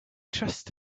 trust